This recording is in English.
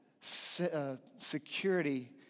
security